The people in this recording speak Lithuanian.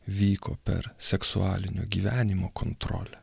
vyko per seksualinio gyvenimo kontrolę